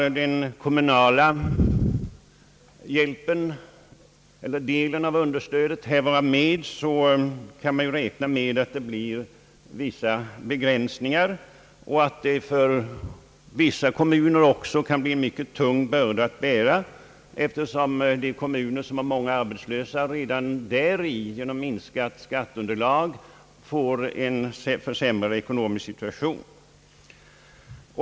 Skall kommunerna bidra med en del av understödet kan man ju räkna med att det blir begränsningar och att det för vissa kommuner också kan bli en mycket tung börda att bära. Kommuner med många arbetslösa har ju redan genom minskat skatteunderlag fått en sämre ekonomisk situation.